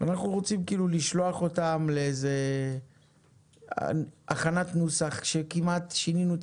אנחנו רוצים כאילו לשלוח אותם לאיזה הכנת נוסח שכמעט שינינו את